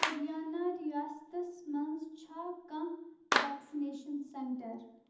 ۂریانہ رِیاستس منٛز چھا کانٛہہ ویکسنیشن سینٹر